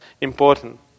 important